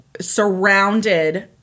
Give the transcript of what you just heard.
surrounded